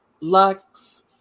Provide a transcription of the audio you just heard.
Lux